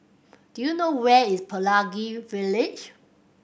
do you know where is Pelangi Village